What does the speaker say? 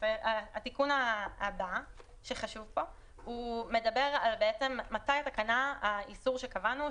התיקון הבא שחשוב פה מדבר על מתי האיסור שקבענו,